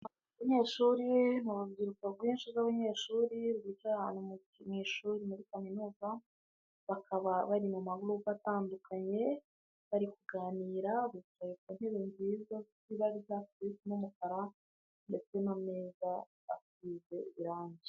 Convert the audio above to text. Abanyeshuri ni urubyiruko rwinshi rw'abanyeshuri rwicaye ahantu mu ishuri muri kaminuza, bakaba bari mu magurupe atandukanye, bari kuganira bicaye ku ntebe nziza zifite ibara ry'icyatsi n'umukara, ndetse n'ameza asize irangi.